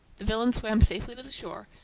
the villain swam safely to the shore,